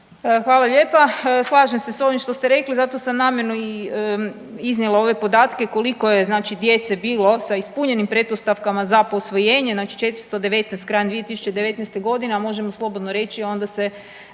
Hvala lijepa. Slažem se s ovim šta ste rekli zato sam namjerno i iznijela ove podatke koliko je znači djece bilo sa ispunjenim pretpostavkama za posvojenje. Znači 419 krajem 2019. godine, a možemo slobodno reći onda se